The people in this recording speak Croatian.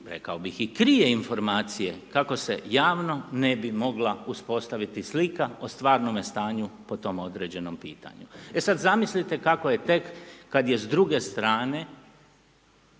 rekao bih i krije informacije kako se javno ne bi mogla uspostaviti slika o stvarnome stanju po tom određenom pitanju. E sad zamislite kako je tek kada je s druge strane